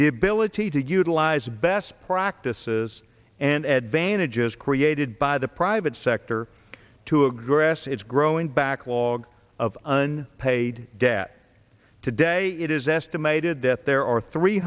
the ability to utilize best practices and advantages created by the private sector to address its growing backlog of un paid debt today it is estimated that there are three